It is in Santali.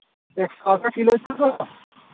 ᱮᱠᱥᱚ ᱟᱹᱥᱤ ᱠᱤᱞᱳ ᱱᱤᱛᱚᱜ ᱫᱚ